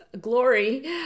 glory